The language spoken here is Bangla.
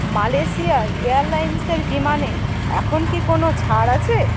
মালয়েশিয়া এয়ারলাইন্সের বিমানে এখন কি কোনো ছাড় আছে